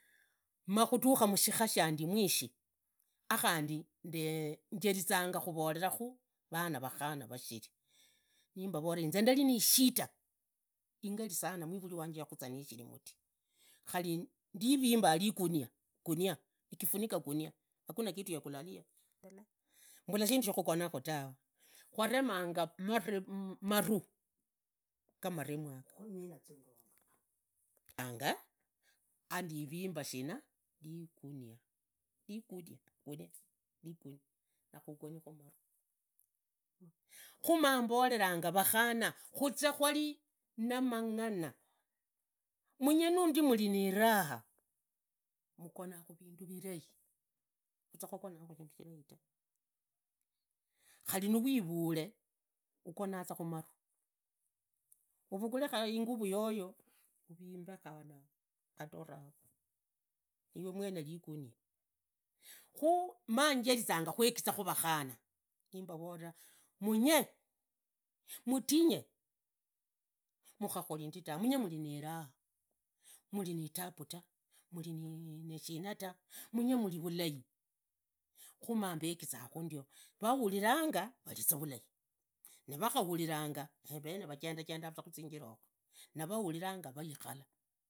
Makhudhukha mushikha shandimu uishi akhandi njeriza khuvolakhu avana vakhana vashiri nivavolanya inze ndari nishinda ingali sana mwivuri wanje yakhuza nishiri muti khari ndirumbu ngunia kujifunika gunia hakuna kitu ya kulalia khuvala shindu sha khugonakhu tawe, kwaremanga mavuu gamaremwa yaga andivimba shina vigunia akhugone khumaruu, khamamboveranga vakhana khazee kwarii namangana, munye nundi muli nivahaa, mugona khavinda vilai khuze kwagonaa khuvindu vilai ta, khari nawivure uyonaaza khumaruu uvugule inguvu yoyo uvimbakhe yao ugature yaho iwe mwene naligunia, khu manjerizanga khuegizakhu vakhana nimbavoreraa munyee mutinye, mukhakhari ndi tawe, munyee muvivahaa, murinitabu ta, murina shina tu munye muri valai, kha maambae khizakha ndio nwahuriranga vari za vulai nivakhahulilanga vune vajenda jendaza khuzinjirayokho, navahuvivanga vahikhara halala.